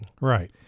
right